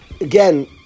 Again